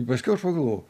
ypač kai aš pagalvojau